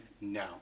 now